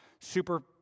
super